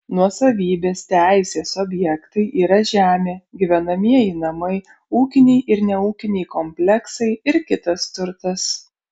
nuosavybės teisės objektai yra žemė gyvenamieji namai ūkiniai ir neūkiniai kompleksai ir kitas turtas